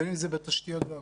בין אם זה בתשתיות והכול.